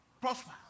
Prosper